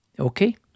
Okay